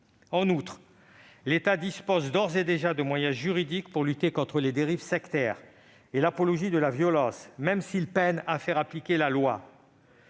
En outre, l'État dispose d'ores et déjà de moyens juridiques pour lutter contre les dérives sectaires et l'apologie de la violence, même s'il peine à faire appliquer la loi.